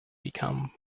become